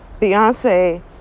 Beyonce